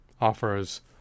offers